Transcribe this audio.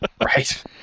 Right